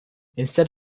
instead